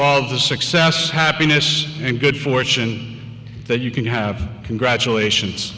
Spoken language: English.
all the success happiness and good fortune that you can have congratulations